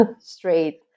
straight